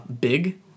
big